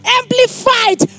amplified